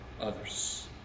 others